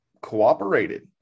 cooperated